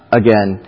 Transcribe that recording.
again